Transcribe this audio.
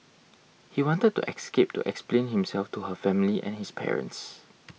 he wanted to escape to explain himself to her family and his parents